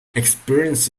experience